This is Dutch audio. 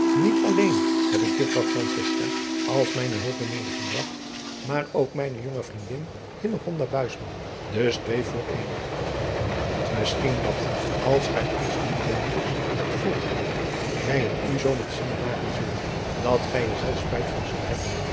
niet alleen heb ik juffrouw francisca als mijne hulpe medegebragt maar ook mijne jonge vriendin hillegonda buisman dus twee voor een misschien dat als gij ons die deuntjes hebt voorgelegd wij het u zoo met zingen maken zullen dat gij er zelf spijt van zult hebben